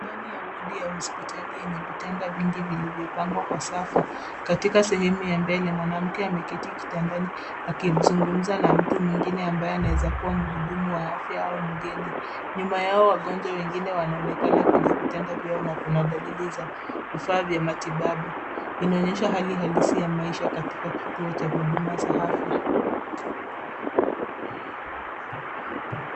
Ndani ya wodi ya hospitali yenye vitanda vingi vilivyopangwa kwa safu. Katika sehemu ya mbele, mwanamke ameketi kitandani akizungumza na mtu mwingine ambaye anaweza kuwa mhudumu wa afya au mgeni. Nyuma yao, wagonjwa wengine wanaonekana kwenye vitanda vyao na kuna dalili za vifaa vya matibabu. Inaonesha hali halisi ya maisha katika kituo cha huduma za afya.